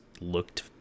looked